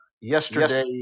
yesterday